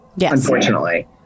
unfortunately